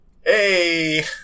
Hey